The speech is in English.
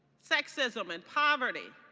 sexism, and poverty,